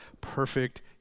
perfect